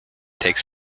takes